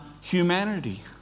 humanity